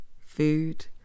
food